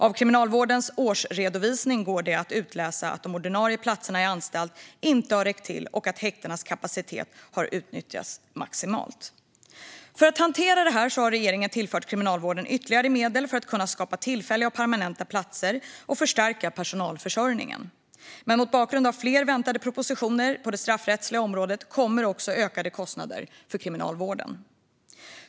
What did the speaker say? Av Kriminalvårdens årsredovisning går det att utläsa att de ordinarie platserna i anstalt inte har räckt till och att häktenas kapacitet har utnyttjats maximalt. För att hantera detta har regeringen tillfört Kriminalvården ytterligare medel för att kunna skapa tillfälliga och permanenta platser och förstärka personalförsörjningen. Men mot bakgrund av fler väntade propositioner på det straffrättsliga området kommer också ökade kostnader för kriminalvården.